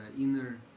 inner